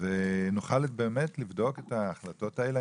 ונוכל לבדוק את ההחלטות האלה,